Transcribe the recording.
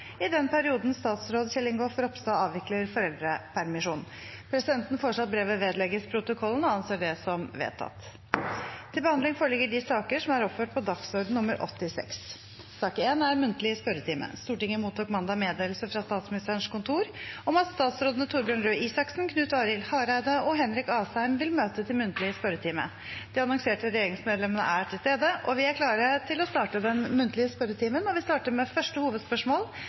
i den perioden statsråd Kjell Ingolf Ropstad avvikler foreldrepermisjon.» Presidenten foreslår at brevet vedlegges protokollen, og anser det som vedtatt. Stortinget mottok mandag meddelelse fra Statsministerens kontor om at statsrådene Torbjørn Røe Isaksen, Knut Arild Hareide og Henrik Asheim vil møte til muntlig spørretime. De annonserte regjeringsmedlemmene er til stede, og vi er klare til å starte den muntlige spørretimen. Vi starter med første hovedspørsmål,